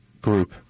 group